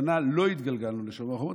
השנה לא התגלגלנו לשומר חומות,